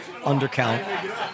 undercount